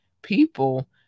people